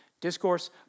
Discourse